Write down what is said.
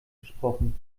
gesprochen